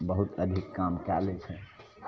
बहुत अधिक काम कै लै छै